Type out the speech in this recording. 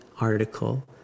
article